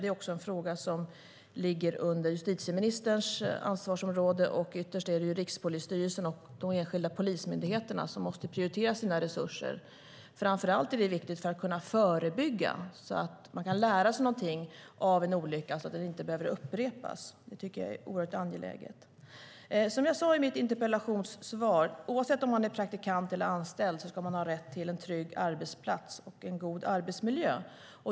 Det är en fråga som ligger under justitieministerns ansvarsområde. Ytterst är det Rikspolisstyrelsen och de enskilda polismyndigheterna som måste prioritera sina resurser. Framför allt är det viktigt för att kunna förebygga olyckor genom att man lär sig någonting av en olycka som inträffat, så att den inte behöver upprepas. Detta tycker jag är oerhört angeläget. Som jag sade i mitt interpellationssvar: Oavsett om man är praktikant eller anställd ska man ha rätt till en trygg arbetsplats och en god arbetsmiljö.